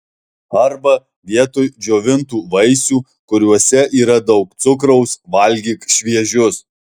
arba vietoj džiovintų vaisių kuriuose yra daug cukraus valgyk šviežius